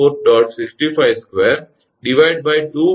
88 𝐾𝑔 તેથી 𝑑1 2